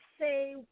say